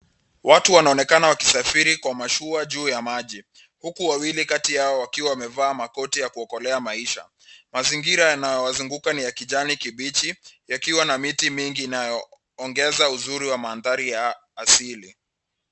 Watu wanaonekana wakisafiri kwa mashua juu ya maji. Huku wawili kati yao wakiwa wamevaa makoti ya kuokolea maisha . Mazingira yanayowazunguka ni ya kijani kibichi yakiwa na miti mingi inayoongeza uzuri wa maandhari asili.